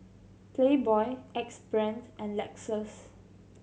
Playboy Axe Brand and Lexus